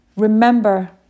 Remember